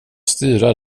styra